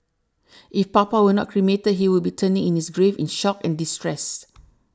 if Papa were not cremated he would be turning in his grave in shock and distress